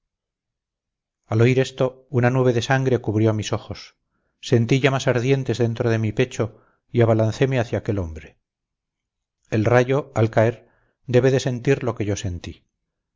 oír esto una nube de sangre cubrió mis ojos sentí llamas ardientes dentro de mi pecho y abalancéme hacia aquel hombre el rayo al caer debe de sentir lo que yo sentí